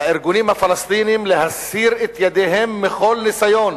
לארגונים הפלסטיניים להסיר את ידיהם מכל ניסיון